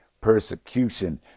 persecution